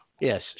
Yes